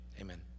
Amen